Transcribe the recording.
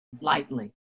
lightly